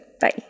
Bye